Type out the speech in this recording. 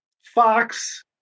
Fox